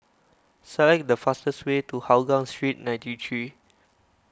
select the fastest way to Hougang Street ninety three